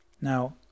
Now